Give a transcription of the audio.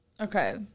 Okay